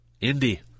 Indy